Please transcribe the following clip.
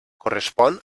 correspon